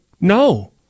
no